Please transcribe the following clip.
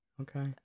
Okay